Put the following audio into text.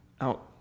out